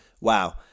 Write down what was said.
wow